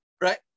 Right